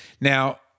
Now